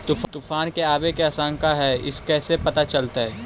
तुफान के आबे के आशंका है इस कैसे पता चलतै?